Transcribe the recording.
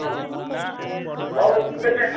आओर की कहै छै